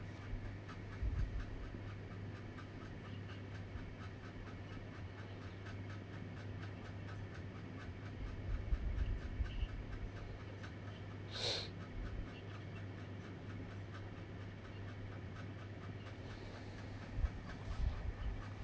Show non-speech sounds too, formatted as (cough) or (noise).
(breath)